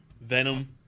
Venom